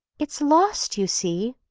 it's lost, you see.